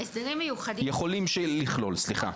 הסדרים מיוחדים --- יכולים לכלול, סליחה.